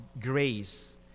grace